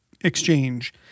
exchange